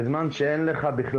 בזמן שאין לך,'